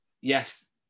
yes